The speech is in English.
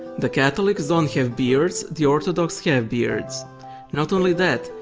the catholics don't have beards, the orthodox yeah have beards not only that,